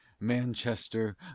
Manchester